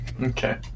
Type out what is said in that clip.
okay